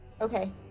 Okay